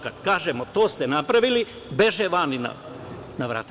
Kada kažemo to ste napravili, beže vani na vrata.